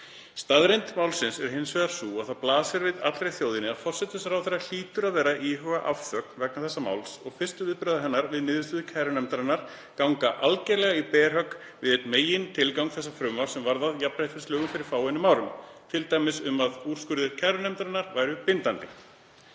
„Staðreynd málsins er hins vegar sú að það blasir við allri þjóðinni að forsætisráðherra hlýtur að vera að íhuga afsögn vegna þessa máls og fyrstu viðbrögð hennar við niðurstöðu kærunefndarinnar ganga algerlega í berhögg við einn megintilgang þess frumvarps sem varð að jafnréttislögum fyrir fáum árum, t.d. um að úrskurðir kærunefndarinnar væru bindandi.“